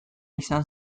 izan